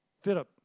Philip